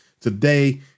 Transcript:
Today